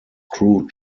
crew